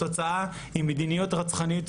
התוצאה היא מדיניות רצחנית.